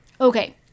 Okay